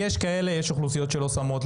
יש אוכלוסיות שלא שמות,